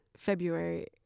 February